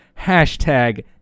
hashtag